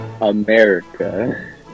America